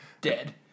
dead